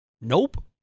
nope